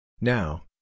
Now